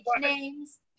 names